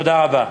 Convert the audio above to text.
תודה רבה.